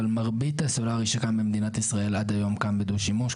מרבית הסולרי שקם במדינת ישראל עד היום קם בדו-שימוש,